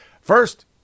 first